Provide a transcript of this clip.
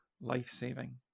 life-saving